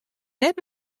net